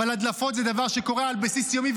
אבל הדלפות זה דבר שקורה על בסיס יומי,